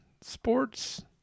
sports